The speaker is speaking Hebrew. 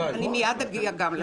מייד אגיע גם לזה.